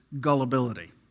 gullibility